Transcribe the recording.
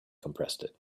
compressed